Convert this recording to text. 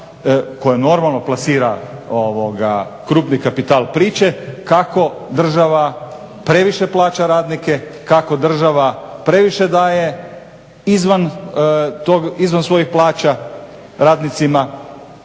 koje normalno plasira krupni kapital priče kako država previše plaća radnike, kako država previše daje izvan svojih plaća radnicima